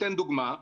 אתן דוגמה.